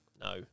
No